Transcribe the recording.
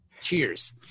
cheers